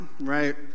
right